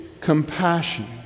compassion